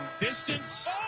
distance